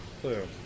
clue